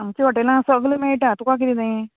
आमचे हॉटेलां सगलें मेळटा तुका किदें जाये